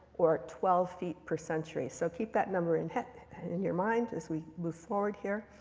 or twelve feet per century. so keep that number in in your mind as we move forward here.